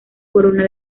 corona